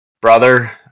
brother